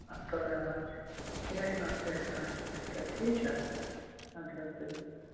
اَتھ کَرو علاج کیٚنٛہہ چھُنہٕ اَتھ گَژھِ کانٛہہ چھَنہٕ فِکِر ٹھیٖک چھا اَدٕ حظ تُلِو